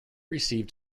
received